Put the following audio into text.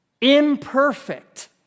imperfect